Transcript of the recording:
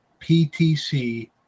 PTC